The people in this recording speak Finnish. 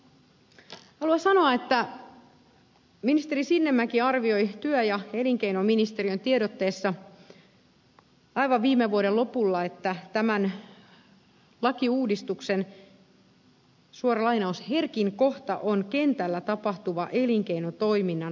haluan sanoa että ministeri sinnemäki arvioi työ ja elinkeinoministeriön tiedotteessa aivan viime vuoden lopulla että tämän lakiuudistuksen herkin kohta on kentällä tapahtuva elinkeinotoiminnan harjoittamisen määrittely